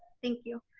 thank you.